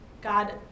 God